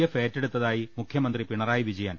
F ഏറ്റെടുത്തതായി മുഖ്യമന്ത്രി പിണറായി വിജയൻ